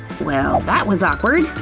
well that was awkward!